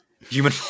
human